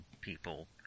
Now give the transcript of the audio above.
people